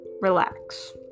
relax